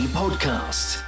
podcast